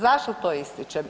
Zašto to ističem?